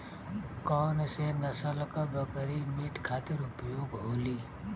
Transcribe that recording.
कौन से नसल क बकरी मीट खातिर उपयोग होली?